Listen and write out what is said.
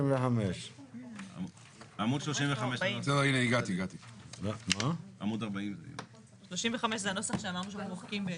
35. 35 זה הנוסח שאמרנו שמוחקים בעצם.